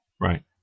Right